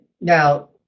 Now